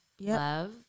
love